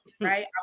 right